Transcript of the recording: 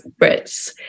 Brits